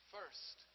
First